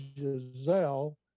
Giselle